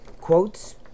quotes